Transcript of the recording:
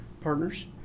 partners